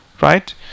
right